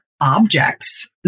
objects